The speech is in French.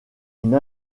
une